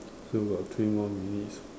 still got three more minutes